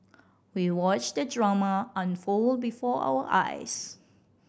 we watched the drama unfold before our eyes